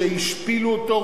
שהשפילו אותו,